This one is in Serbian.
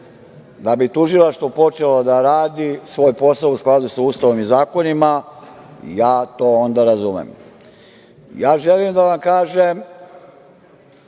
da bi tužilaštvo počelo da radi svoj posao u skladu sa Ustavom i zakonima, ja to onda razumem. Želim da vam kažem